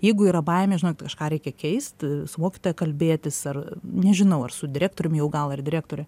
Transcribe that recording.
jeigu yra baimė žinot kažką reikia keist su mokytoja kalbėtis ar nežinau ar su direktorium jau gal ar direktore